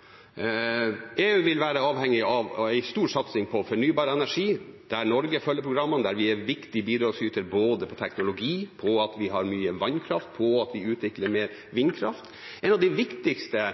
EU? Svaret er ja. EU vil være avhengig av en stor satsing på fornybar energi, der Norge følger programmene, og der vi er en viktig bidragsyter både på teknologi, på at vi har mye vannkraft, og på at vi utvikler vindkraft. Et av de viktigste